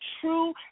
true